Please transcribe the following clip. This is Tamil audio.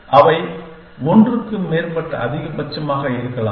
அவை ஒன்றுக்கு மேற்பட்ட அதிகபட்சமாக இருக்கலாம்